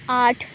آٹھ